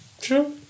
True